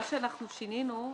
מה שאנחנו שינינו,